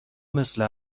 مثل